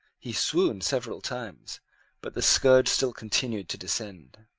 he swooned several times but the scourge still continued to descend.